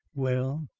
well,